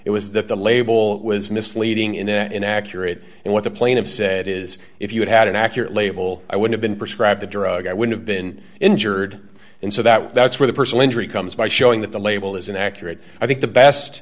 it was that the label was misleading in a inaccurate and what the plane of said is if you had had an accurate label i would have been prescribed the drug i would have been injured and so that that's where the personal injury comes by showing that the label is an accurate i think the best